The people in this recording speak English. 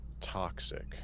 toxic